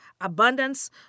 abundance